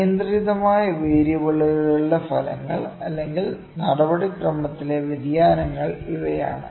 അനിയന്ത്രിതമായ വേരിയബിളുകളുടെ ഫലങ്ങൾ അല്ലെങ്കിൽ നടപടിക്രമത്തിലെ വ്യതിയാനങ്ങൾ ഇവയാണ്